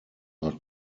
was